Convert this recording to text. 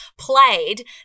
played